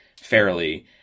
fairly